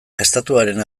estatuaren